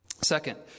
Second